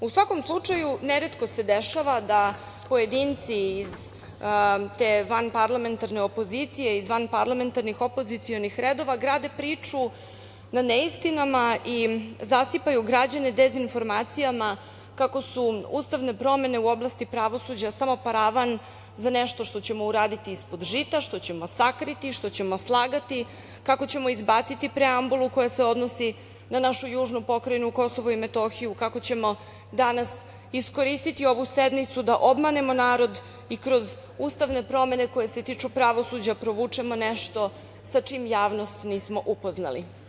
U svakom slučaju, neretko se dešava da pojedinci iz te vanparlamentarne opozicije, iz vanparlamentarnih opozicionih redova grade priču na neistinama i zasipaju građane dezinformacijama kako su ustavne promene u oblasti pravosuđa samo paravan za nešto što ćemo uraditi ispod žita, što ćemo sakriti, što ćemo slagati, kako ćemo izbaciti preambulu koja se odnosi na našu južnu Pokrajinu Kosovo i Metohiju, kako ćemo danas iskoristiti ovu sednicu da obmanemo narod i kroz ustavne promene koje se tiču pravosuđa provučemo nešto sa čim javnost nismo upoznali.